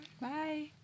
Bye